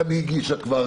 גם היא הגישה הצעת חוק.